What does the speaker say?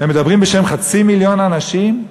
הם מדברים בשם חצי מיליון אנשים,